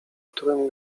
którym